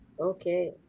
Okay